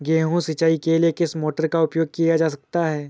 गेहूँ सिंचाई के लिए किस मोटर का उपयोग किया जा सकता है?